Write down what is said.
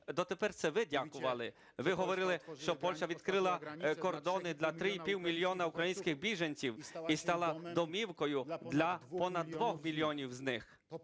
Дотепер це ви дякували, ви говорили, що Польща відкрила кордони для три і півмільйона українських біженців і стала домівкою для понад 2 мільйонів з них.